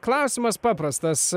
klausimas paprastas